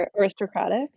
aristocratic